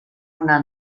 una